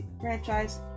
franchise